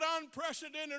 unprecedented